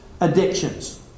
addictions